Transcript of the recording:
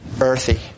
earthy